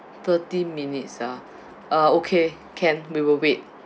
thirty minutes ah ah okay can we will wait